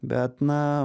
bet na